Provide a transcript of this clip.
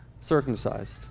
circumcised